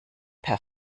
per